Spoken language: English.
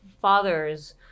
fathers